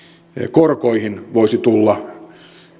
korkoihin voisi tulla